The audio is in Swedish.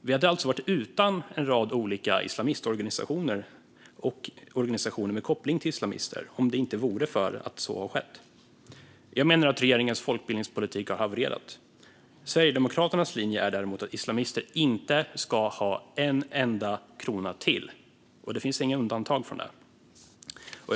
Vi hade alltså varit utan en rad olika islamistorganisationer och organisationer med kopplingar till islamister om inte så hade skett. Jag menar att regeringens folkbildningspolitik har havererat. Sverigedemokraternas linje är däremot att islamister inte ska ha en enda krona till, och det finns inga undantag från detta.